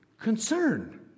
concern